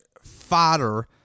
fodder